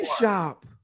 shop